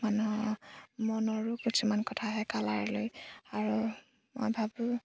মানুহৰ মনৰো কিছুমান কথা আহে কালাৰ লৈ আৰু মই ভাবোঁ